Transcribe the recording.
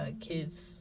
kids